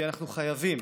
כי אנחנו חייבים